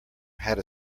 had